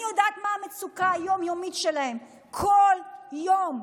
אני יודעת מה המצוקה היום-יומית שלהם, כל יום.